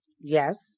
Yes